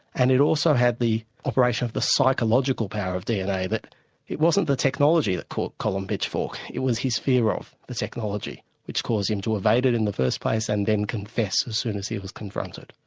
and it also had the operation of the psychological power of dna, that it wasn't the technology that caught colin pitchfork, it was his fear of the technology which caused him to evade it in the first place and then confess as soon as he was confronted.